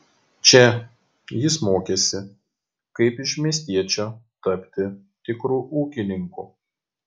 čia jis mokėsi kaip iš miestiečio tapti tikru ūkininku